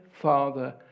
Father